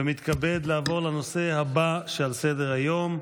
לעבור לנושא הבא שעל סדר-היום,